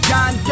John